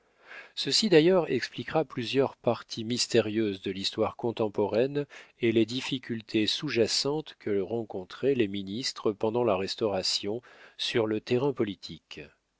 ceci d'ailleurs expliquera plusieurs parties mystérieuses de l'histoire contemporaine et les difficultés sous jacentes que rencontraient les ministres pendant la restauration sur le terrain politique